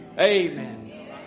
Amen